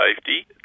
Safety